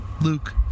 Luke